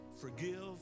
forgive